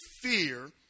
fear